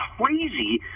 crazy